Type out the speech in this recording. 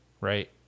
right